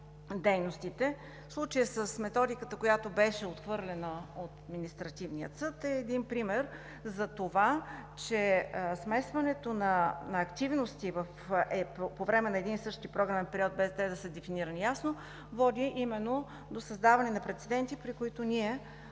Случаят с методиката, която беше отхвърлена от Административния съд, е един пример, че смесването на активности по време на един и същи програмен период, без те да са дефинирани ясно, води именно до създаване на прецеденти, при които ние